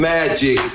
Magic